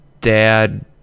dad